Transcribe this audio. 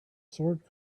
sword